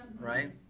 right